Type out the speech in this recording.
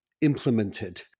implemented